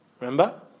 Remember